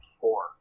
Four